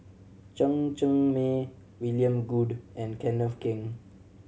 Chen Cheng Mei William Goode and Kenneth Keng